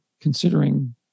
considering